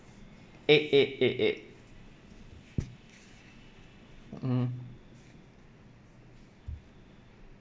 eight eight eight eight mmhmm